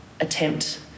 attempt